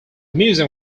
museum